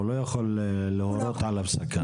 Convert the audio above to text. הוא לא יכול להורות על הפסקה?